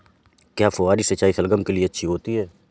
क्या फुहारी सिंचाई शलगम के लिए अच्छी होती है?